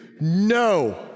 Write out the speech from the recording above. No